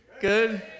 Good